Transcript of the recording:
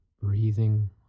breathing